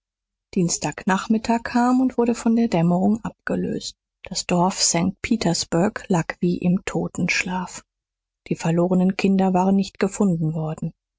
dienstag nachmittag kam und wurde von der dämmerung abgelöst das dorf st petersburg lag wie im totenschlaf die verlorenen kinder waren nicht gefunden worden